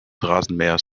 rasenmähers